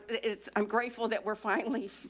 it's, i'm grateful that we're finally,